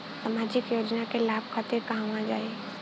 सामाजिक योजना के लाभ खातिर कहवा जाई जा?